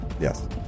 Yes